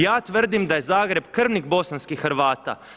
Ja tvrdim da je Zagreb krvnik bosanskih Hrvata.